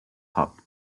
hop